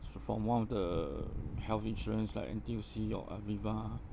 fro~ from one of the health insurance like N_T_U_C or aviva